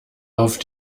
auf